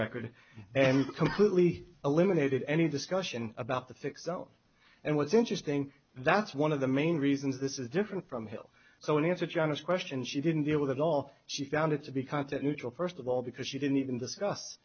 record and completely eliminated any discussion about the fix and what's interesting that's one of the main reasons this is different from hell so in answer to your honest question she didn't deal with the law she found it to be content neutral first of all because she didn't even discuss